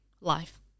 life